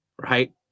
right